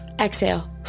Exhale